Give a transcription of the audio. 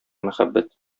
мәхәббәт